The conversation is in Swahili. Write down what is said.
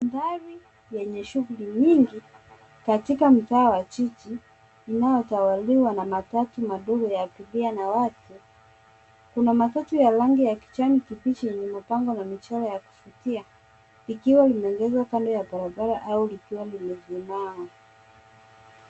Gari yenye shughuli nyingi katika mtaa wa jiji linaotawaliwa na matatu madogo ya kutumia na watu. Kuna matatu ya rangi ya kijani kibichi yenye mabango na michoro ya kuvutia likiwa limeegeshwa kando ya barabara au likiwa limesimama.